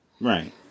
Right